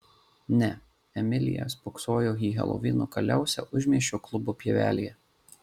ne emilija spoksojo į helovino kaliausę užmiesčio klubo pievelėje